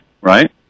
right